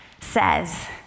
says